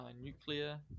nuclear